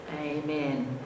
amen